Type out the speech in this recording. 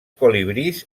colibrís